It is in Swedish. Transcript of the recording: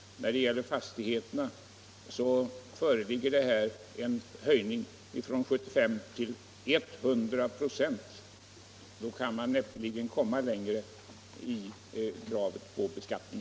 När det gäller fastigheterna föreligger en höjning från 75 till 100 96. Längre kan man näppeligen komma i kravet på beskattning.